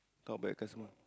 kao bei customer